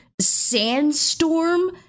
sandstorm